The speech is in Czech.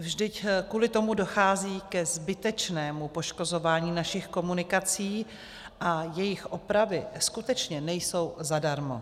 Vždyť kvůli tomu dochází ke zbytečnému poškozování našich komunikací a jejich opravy skutečně nejsou zadarmo.